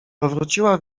powróciła